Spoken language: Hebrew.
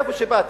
מאיפה באתם,